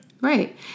Right